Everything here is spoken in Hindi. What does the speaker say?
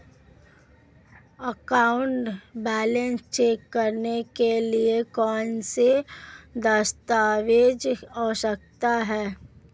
अकाउंट बैलेंस चेक करने के लिए कौनसे दस्तावेज़ आवश्यक हैं?